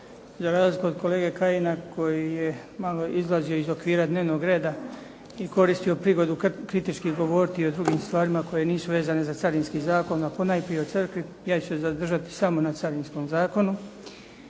Za razliku od kolege Kajina koji je malo izlazio iz okvira dnevnog reda i koristio prigodu kritički govoriti o drugim stvarima koje nisu vezane za Carinski zakon a ponajprije o Crkvi ja ću se zadržati samo na Carinskom zakonu